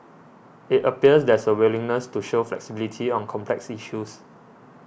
it appears there's a willingness to show flexibility on complex issues